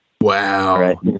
Wow